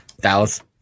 Dallas